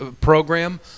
program